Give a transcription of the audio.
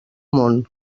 món